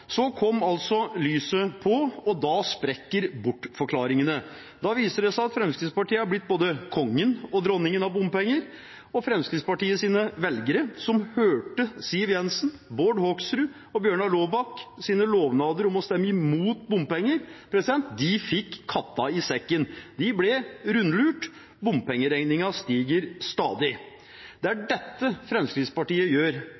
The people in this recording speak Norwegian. Så kom altså lyset på, og da sprekker bortforklaringene. Da viser det seg at Fremskrittspartiet er blitt både kongen og dronningen av bompenger, og Fremskrittspartiets velgere, som hørte Siv Jensen, Bård Hoksrud og Bjørnar Laabaks lovnader om å stemme mot bompenger, fikk katta i sekken. De ble rundlurt. Bompengeregningen stiger stadig. Det er dette Fremskrittspartiet gjør.